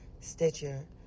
Stitcher